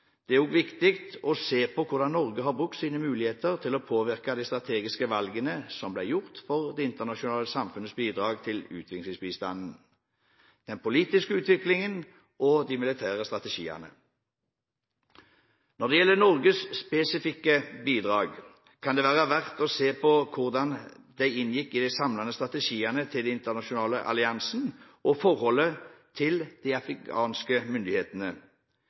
Det er også viktig å se på hvordan Norge har brukt sine muligheter til å påvirke de strategiske valgene som ble gjort for det internasjonale samfunnets bidrag til utviklingsbistanden, den politiske utviklingen og de militære strategiene. Når det gjelder Norges spesifikke bidrag, kan det være verdt å se på hvordan de inngikk i den samlede strategien til den internasjonale alliansen og forholdet til de afghanske myndighetene.